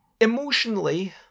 emotionally